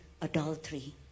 adultery